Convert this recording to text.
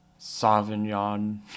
Sauvignon